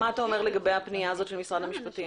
ומה אתה אומר לגבי הפנייה הזאת של משרד המשפטים?